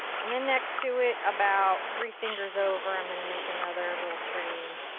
and then next to it about three fingers over i'm gonna make another little tree.